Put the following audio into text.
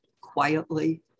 quietly